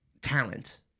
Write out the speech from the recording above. talent